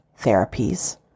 therapies